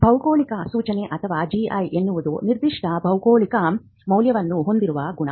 ಭೌಗೋಳಿಕ ಸೂಚನೆ ಅಥವಾ ಜಿಐ ಎನ್ನುವುದು ನಿರ್ದಿಷ್ಟ ಭೌಗೋಳಿಕ ಮೂಲವನ್ನು ಹೊಂದಿರುವ ಗುಣ